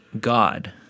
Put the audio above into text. God